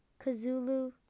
Kazulu